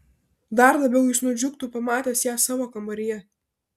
dar labiau jis nudžiugtų pamatęs ją savo kambaryje